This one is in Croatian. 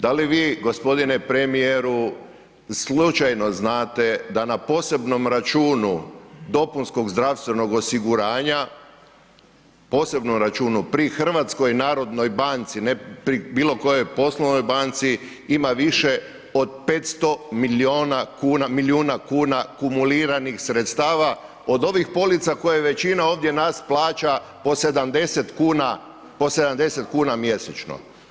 Da li vi gospodine premijeru slučajno znate da na posebnom računu dopunskog zdravstvenog osiguranja posebnom računu pri HNB-u, ne pri bilo kojoj poslovnoj banci ima više od 500 milijuna kuna kumuliranih sredstava od ovih polica koje većina ovdje nas plaća po 70 kuna, po 70 kuna mjesečno.